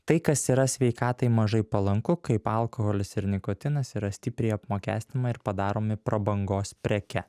tai kas yra sveikatai mažai palanku kaip alkoholis ir nikotinas yra stipriai apmokestima ir padaromi prabangos preke